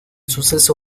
suceso